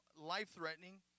life-threatening